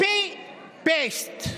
copy-paste.